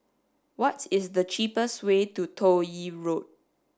what is the cheapest way to Toh Yi Road